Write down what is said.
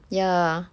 ya